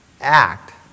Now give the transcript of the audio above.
act